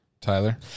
Tyler